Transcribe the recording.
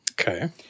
Okay